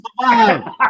survive